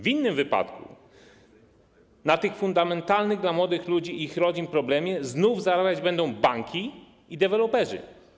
W innym wypadku na tych fundamentalnych dla młodych ludzi i ich rodzin problemie znów zarabiać będą banki i deweloperzy.